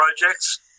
projects